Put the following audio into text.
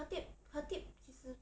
khatib khatib 其实